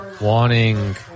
wanting